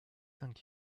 thank